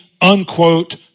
unquote